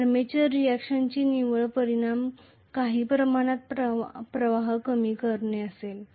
armature रिएक्शनचा निव्वळ परिणाम काही प्रमाणात प्रवाह कमी करणे असेल